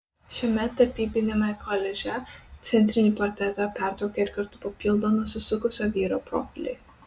šiame tapybiniame koliaže centrinį portretą pertraukia ir kartu papildo nusisukusio vyro profiliai